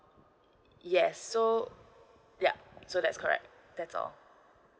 yes so yup so that's correct that's all